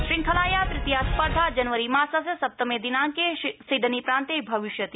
श्रृंखलाया तृतीया स्पर्धा जनवरीमासस्य सप्तमेदिनांके सिडनी प्रान्ते भविष्यति